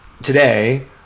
today